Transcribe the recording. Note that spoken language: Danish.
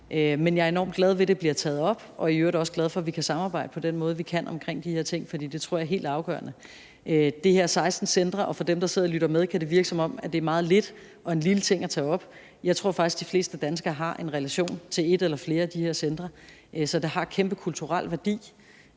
Men jeg er enormt glad ved, at det bliver taget op, og er i øvrigt også glad for, at vi kan samarbejde på den måde, vi kan, om de her ting, for det tror jeg er helt afgørende. Det her er 16 centre, og for dem, der sidder og lytter med, kan det virke, som om det er meget lidt og en lille ting at tage op. Jeg tror faktisk, de fleste danskere har en relation til et eller flere af de her centre, så de har kæmpe kulturel værdi.